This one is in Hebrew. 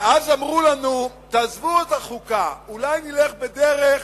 ואז אמרו לנו: תעזבו את החוקה, אולי נלך בדרך